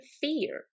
fear